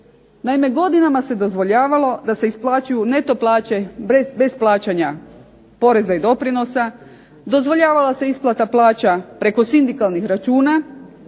Naime godinama se dozvoljavalo da se isplaćuju neto plaće bez plaćanja poreza i doprinosa, dozvoljavala se isplata plaća preko sindikalnih računa,